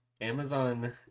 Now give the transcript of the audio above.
amazon